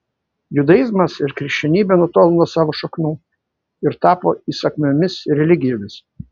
judaizmas ir krikščionybė nutolo nuo savo šaknų ir tapo įsakmiomis religijomis